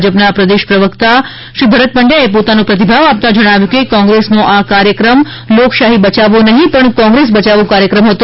ભાજપના પ્રદેશ પ્રવક્તા શ્રી ભરત પંડ્યાએ પોતોનો પ્રતિભાવ આપતા જણાવ્યું કે કોંગ્રેસનો આ આ કાર્યક્રમ લોકશાહી બચાવો નહિ પણ કોંગ્રેસ બચાવો કાર્યક્રમ હતો